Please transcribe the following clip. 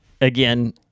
again